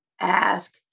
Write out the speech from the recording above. ask